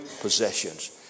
possessions